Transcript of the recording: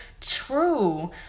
true